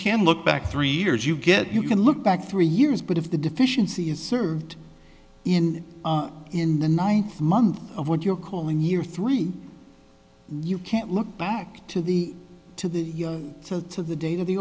can look back three years you get you can look back three years but if the deficiency is served in in the ninth month of what you're calling year three you can't look back to the to the to the dat